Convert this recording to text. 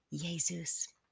Jesus